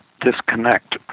disconnect